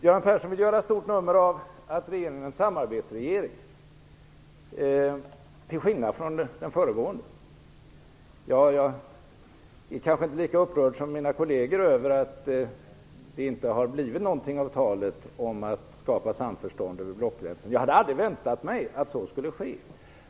Göran Persson vill göra ett stort nummer av att regeringen är en samarbetsregering, till skillnad från den föregående regeringen. Jag är kanske inte lika upprörd som mina kolleger över att det inte har blivit någonting av talet om att skapa samförstånd över blockgränsen - jag hade aldrig väntat mig att så skulle ske.